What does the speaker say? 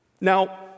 Now